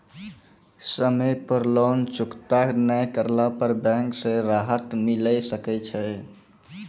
समय पर लोन चुकता नैय करला पर बैंक से राहत मिले सकय छै?